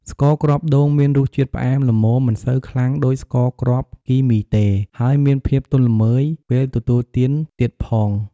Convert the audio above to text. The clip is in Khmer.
ស្ករគ្រាប់ដូងមានរសជាតិផ្អែមល្មមមិនសូវខ្លាំងដូចស្ករគ្រាប់គីមីទេ ហើយមានភាពទន់ល្មើយពេលទទួលទានទៀតផង។